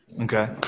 Okay